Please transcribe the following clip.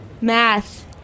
Math